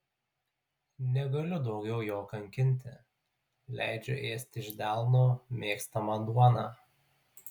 negaliu daugiau jo kankinti leidžiu ėsti iš delno mėgstamą duoną